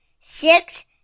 six